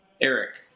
Eric